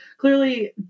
clearly